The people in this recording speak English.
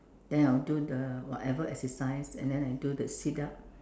then I'll do the whatever exercise and then I'll do the sit up